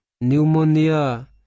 pneumonia